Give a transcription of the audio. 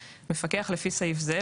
(ה) מפקח לפי סעיף זה,